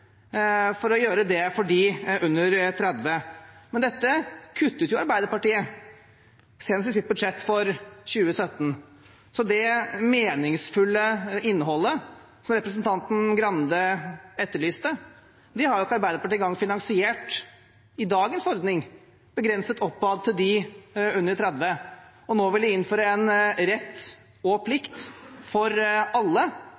for å gjøre dette for dem under 30. Men det kuttet jo Arbeiderpartiet senest i sitt budsjett for 2017. Så det meningsfulle innholdet som representanten Grande etterlyste, har ikke Arbeiderpartiet engang finansiert i dagens ordning, begrenset oppad til dem under 30. Og nå vil de innføre en rett og plikt for alle,